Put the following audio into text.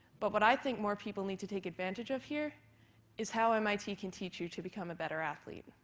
but what i think more people need to take advantage of here is how mit can teach you to become a better athlete.